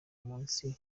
umunsi